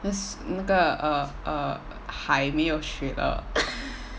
this 那个 err err 海没有雪了